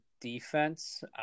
defense